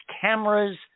cameras